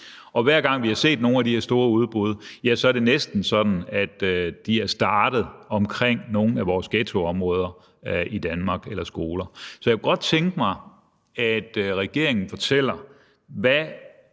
Og hver gang vi har set nogle af de her store udbrud, ja, så er det næsten sådan, at de er startet omkring nogle af vores ghettoområder eller skoler i Danmark. Så jeg kunne godt tænke mig, at regeringen fortæller, hvad